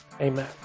Amen